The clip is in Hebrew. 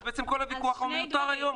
אז בעצם כל הוויכוח מיותר היום,